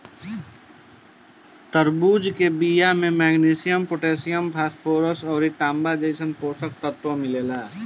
तरबूजा के बिया में मैग्नीशियम, पोटैशियम, फास्फोरस अउरी तांबा जइसन पोषक तत्व मिलेला